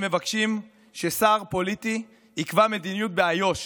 הם מבקשים ששר פוליטי יקבע מדיניות באיו"ש,